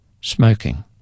smoking